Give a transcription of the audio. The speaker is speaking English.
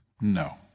No